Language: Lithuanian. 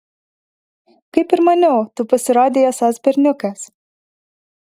kaip ir maniau tu pasirodei esąs berniukas